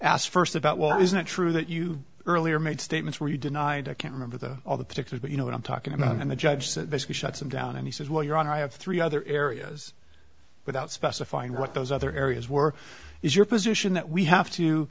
asked first about well isn't it true that you earlier made statements where you denied i can't remember the all the particulars but you know what i'm talking about and the judge that shuts them down and he says well your honor i have three other areas without specifying what those other areas were is your position that we have to